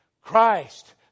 Christ